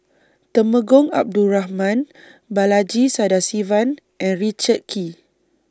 Temenggong Abdul Rahman Balaji Sadasivan and Richard Kee